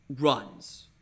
runs